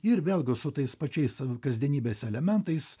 ir vėlgi su tais pačiais kasdienybės elementais